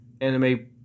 anime